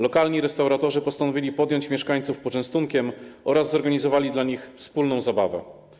Lokalni restauratorzy postanowili podjąć mieszkańców poczęstunkiem oraz zorganizowali dla nich wspólną zabawę.